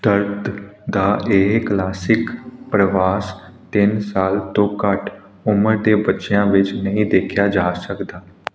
ਦਰਦ ਦਾ ਇਹ ਕਲਾਸਿਕ ਪ੍ਰਵਾਸ ਤਿੰਨ ਸਾਲ ਤੋਂ ਘੱਟ ਉਮਰ ਦੇ ਬੱਚਿਆਂ ਵਿੱਚ ਨਹੀਂ ਦੇਖਿਆ ਜਾ ਸਕਦਾ